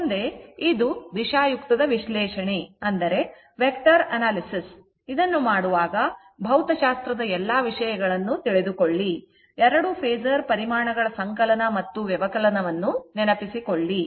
ಮುಂದೆ ಈಗ ಇದು ದಿಶಾಯುಕ್ತದ ವಿಶ್ಲೇಷಣೆ ಮಾಡುವಾಗ ಭೌತಶಾಸ್ತ್ರದ ಈ ಎಲ್ಲಾ ವಿಷಯಗಳನ್ನು ತಿಳಿದುಕೊಳ್ಳಿ ಎರಡು ಫೇಸರ್ ಪರಿಮಾಣಗಳ ಸಂಕಲನ ಮತ್ತು ವ್ಯವಕಲನವನ್ನು ನೆನಪಿಸಿಕೊಳ್ಳಿ